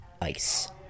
ice